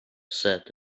said